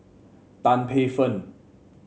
Tan Paey Fern